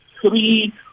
three